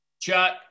Chuck